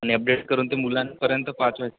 आणि अपडेट करून ते मुलांपर्यंत पोचवायचं आहे